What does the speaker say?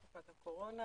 בתקופת הקורונה.